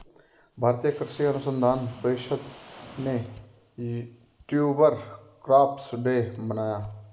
भारतीय कृषि अनुसंधान परिषद ने ट्यूबर क्रॉप्स डे मनाया